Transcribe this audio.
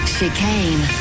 Chicane